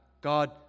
God